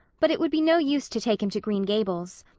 but it would be no use to take him to green gables.